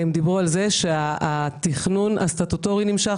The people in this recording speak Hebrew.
הם דיברו על זה שהתכנון הסטטוטורי נמשך,